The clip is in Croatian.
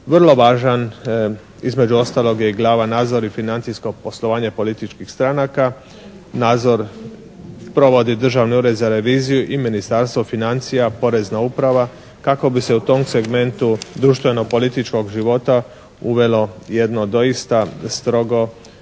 Vrlo važan između ostalog je i glava "Nadzor i financijsko poslovanje političkih stranaka". Nadzor provodi Državni ured za reviziju i Ministarstvo financija, Porezna uprava kako bi se u tom segmentu društveno-političkog života uvelo jedno doista strogo